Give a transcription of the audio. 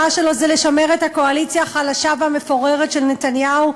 שלו זה לשמר את הקואליציה החלשה והמפוררת של נתניהו?